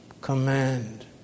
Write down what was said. command